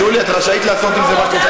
שולי, את רשאית לעשות עם זה מה שאת רוצה.